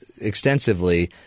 extensively